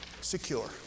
secure